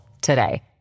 today